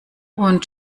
und